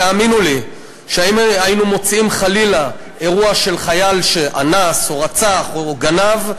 והאמינו לי שאם היינו מוצאים חלילה אירוע של חייל שאנס או רצח או גנב,